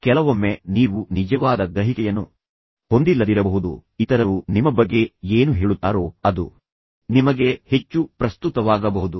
ಕೆಲವೊಮ್ಮೆ ನೀವು ನಿಮ್ಮ ಬಗ್ಗೆ ನಿಜವಾದ ಗ್ರಹಿಕೆಯನ್ನು ಹೊಂದಿಲ್ಲದಿರಬಹುದು ಮತ್ತು ಇತರರು ನಿಮ್ಮ ಬಗ್ಗೆ ಏನು ಹೇಳುತ್ತಾರೋ ಅದು ನಿಮಗೆ ಹೆಚ್ಚು ಪ್ರಸ್ತುತವಾಗಬಹುದು